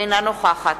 אינה נוכחת